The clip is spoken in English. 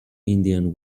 indian